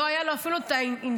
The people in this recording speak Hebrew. לא היה לו אפילו את האינסנטיב,